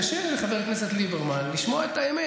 קשה לחבר הכנסת ליברמן לשמוע את האמת.